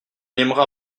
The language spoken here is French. aimera